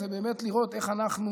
זה באמת לראות איך אנחנו